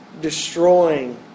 Destroying